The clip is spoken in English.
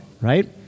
right